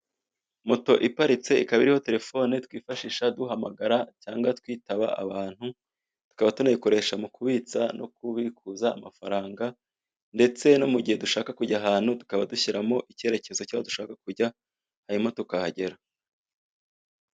Moto iparitse, ikaba iriho telefone twifashisha duhamagara cyangwa twitaba abantu, tukaba tunayikoresha mu kubitsa no kubikuza amafaranga, ndetse no mu gihe dushaka kujya ahantu tukaba dushyiramo icyerekezo cy'aho dushaka kujya hanyuma tukahagera.